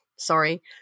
Sorry